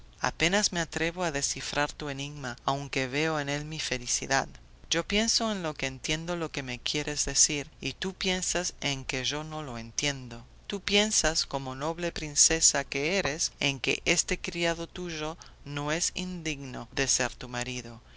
apenas me atrevo a descifrar tu enigma aunque veo en él mi felicidad yo pienso en que entiendo lo que me quieres decir y tú piensas en que yo no lo entiendo tú piensas como noble princesa que eres en que este criado tuyo no es indigno de ser tu marido